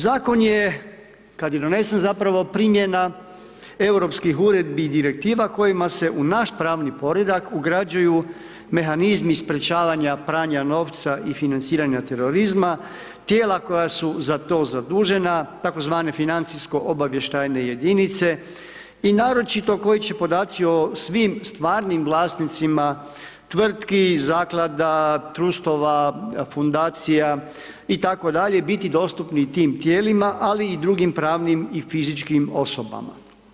Zakon je kad je donesen zapravo primjena europskih Uredbi i Direktiva kojima se u naš pravni poredak ugrađuju mehanizmi sprječavanja pranja novca i financiranja terorizma, tijela koja su za to zadužena tzv. financijsko-obavještajne jedinice i naročito koji će podaci o svim stvarnim vlasnicima tvrtki, zaklada, trustova, fundacija itd., biti dostupni tim tijelima ali i drugim pravnim i fizičkim osobama.